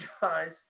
guys